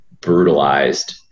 brutalized